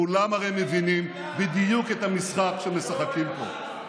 כולם הרי מבינים בדיוק את המשחק שמשחקים פה.